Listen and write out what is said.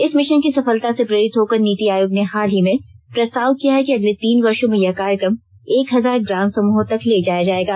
इस मिशन की सफलता से प्रेरित होकर नीति आयोग ने हाल ही में प्रस्ताव किया है कि अगले तीन वर्षों में यह कार्यक्रम एक हजार ग्राम समूहों तक ले जाया जाएगा